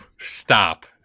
stop